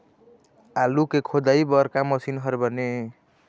आलू के खोदाई बर का मशीन हर बने ये?